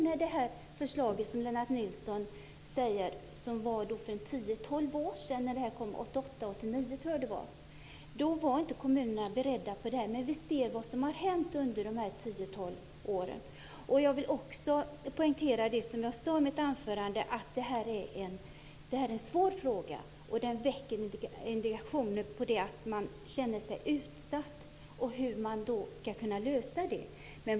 När det förslag som Lennart Nilsson talar om lades fram, 1988-1989 tror jag att det var, var inte kommunerna beredda på det här. Men vi ser vad som har hänt under de här tio tolv åren. Jag vill också poängtera det som jag sade i mitt anförande, att det här är en svår fråga. Den väcker indignation på så sätt att man känner sig utsatt. Frågan är hur man ska kunna lösa det.